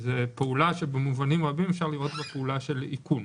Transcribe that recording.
זו פעולה שבמובנים רבים אפשר לראות בה פעולה של עיקוב.